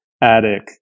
attic